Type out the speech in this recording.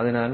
അതിനാൽ